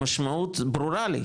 המשמעות ברורה לי,